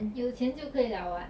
有钱就可以 liao [what]